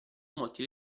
molti